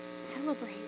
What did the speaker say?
Celebrate